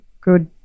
good